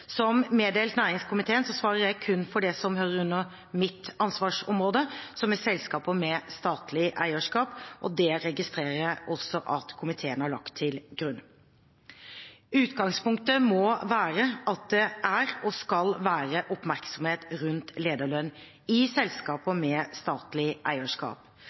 Som meddelt næringskomiteen svarer jeg kun for det som hører inn under mitt ansvarsområde, som er selskaper med statlig eierskap – og dette registrerer jeg også at komiteen har lagt til grunn. Utgangspunktet må være at det er og skal være oppmerksomhet rundt lederlønn i selskaper med statlig eierskap.